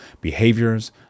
behaviors